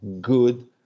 good